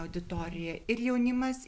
auditorija ir jaunimas